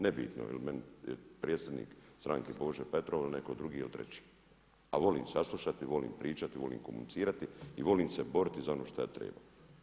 Nebitno jel' meni predsjednik stranke Božo Petrov ili netko drugi ili treći, a volim saslušati, volim pričati, volim komunicirati i volim se boriti za ono što ja trebam.